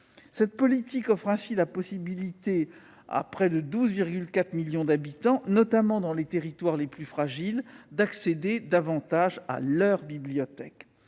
Cette politique offre ainsi la possibilité à près de 12,4 millions d'habitants, notamment dans les territoires les plus fragiles, d'accéder davantage à leur bibliothèque.